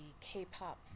k-pop